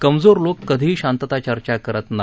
कमजोर लोक कधीही शांतता चर्चा करत नाही